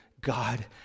God